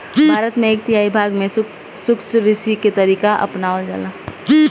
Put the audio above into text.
भारत के एक तिहाई भाग में शुष्क कृषि के तरीका अपनावल जाला